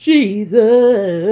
Jesus